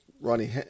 Ronnie